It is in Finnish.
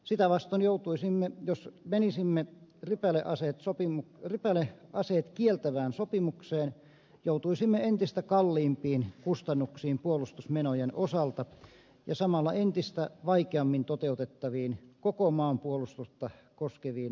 sitä vastoin joutuisimme jos menisimme rypäleaseet kieltävään sopimukseen entistä kalliimpiin kustannuksiin puolustusmenojen osalta ja samalla entistä vaikeammin toteutettaviin koko maan puolustusta koskeviin ratkaisuihin